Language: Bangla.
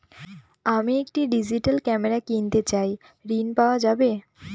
আমি একটি ডিজিটাল ক্যামেরা কিনতে চাই ঝণ পাওয়া যাবে?